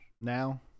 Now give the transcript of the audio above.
now